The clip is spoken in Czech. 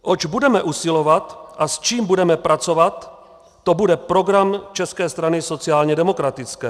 Oč budeme usilovat a s čím budeme pracovat, to bude program České strany sociálně demokratické.